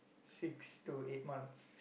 six to eight months